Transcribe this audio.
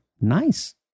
Nice